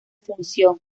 función